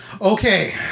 okay